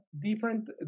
different